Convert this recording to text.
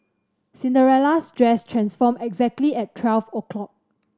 Cinderella's dress transformed exactly at twelve o'clock